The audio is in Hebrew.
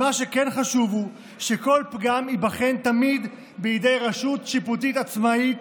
מה שכן חשוב הוא שכל פגם ייבחן תמיד בידי רשות שיפוטית עצמאית,